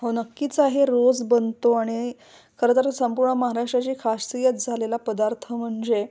हो नक्कीच आहे रोज बनतो आणि खरं तर संपूर्ण महाराष्ट्राची खासियत झालेला पदार्थ म्हणजे